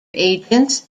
agents